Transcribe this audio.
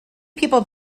people